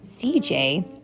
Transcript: CJ